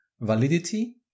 validity